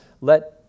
let